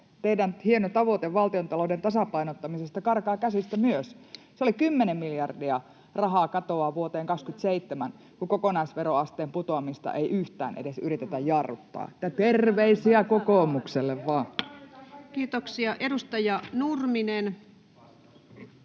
teidän hieno tavoitteenne valtiontalouden tasapainottamisesta karkaa käsistä myös. 10 miljardia rahaa katoaa vuoteen 27, kun kokonaisveroasteen putoamista ei yhtään edes yritetä jarruttaa. Että terveisiä kokoomukselle vaan. [Speech 147] Speaker: